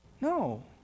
No